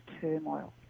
turmoil